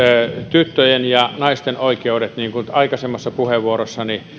tyttöjen ja naisten oikeudet niin kuin aikaisemmassa puheenvuorossani